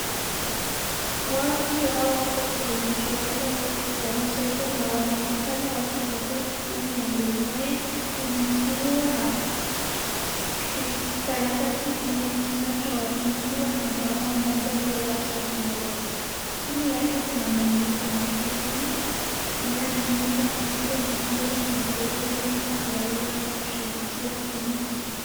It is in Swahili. Watu hawa wako kwenye kiwanja wa mchezo na wanaonekana waki support timu ya Gormaiya, inaashuiwa na karatasi kinacho inuliwa na mmama mmoja aliyevaa shati nyeupe. Chini yake Kuna mwenye yuko na firinbi inayotumika kupiga nduru na vinderemo Ili kufurahua ama kushabikia timu hiyo.